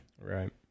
Right